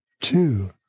Two